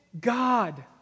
God